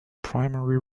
primary